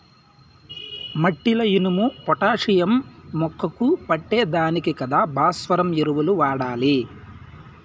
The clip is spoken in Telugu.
మట్టిల ఇనుము, పొటాషియం మొక్కకు పట్టే దానికి కదా భాస్వరం ఎరువులు వాడాలి